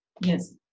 Yes